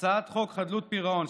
הצעת חוק חדלות פירעון,